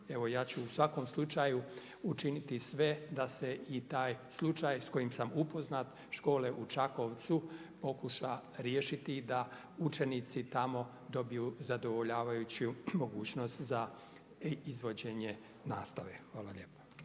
Evo ja ću u svakom slučaju učiniti sve da se i taj slučaj sa kojim sam upoznat škole u Čakovcu pokuša riješiti da učenici tamo dobiju zadovoljavajuću mogućnost za izvođenje nastave. Hvala lijepa.